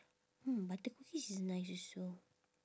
mm butter cookies is nice also